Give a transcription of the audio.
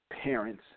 parents